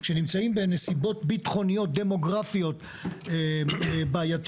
שנמצאים בנסיבות ביטחוניות דמוגרפיות בעייתיות.